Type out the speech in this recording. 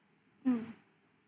mm